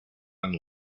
and